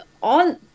on